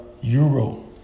Euro